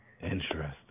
Interesting